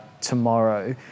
tomorrow